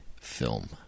Film